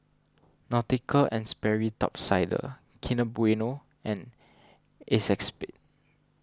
Nautica and Sperry Top Sider Kinder Bueno and Acexspade